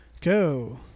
Go